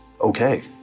okay